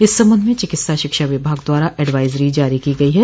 इस सम्बन्ध में चिकित्सा शिक्षा विभाग द्वारा एडवाइजरी जारी की गयी है